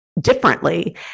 differently